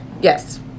Yes